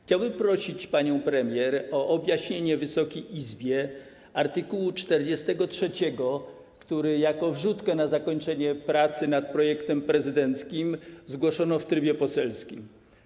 Chciałbym prosić panią premier o objaśnienie Wysokiej Izbie art. 43, który jako wrzutkę na zakończenie pracy nad projektem prezydenckim zgłoszono w trybie poselskim.